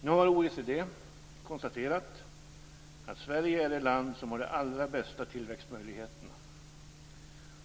Nu har OECD konstaterat att Sverige är det land som har de allra bästa tillväxtmöjligheterna.